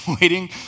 waiting